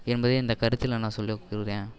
என்பதை இந்த கருத்தில் நான் சொல்ல